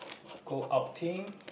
go outing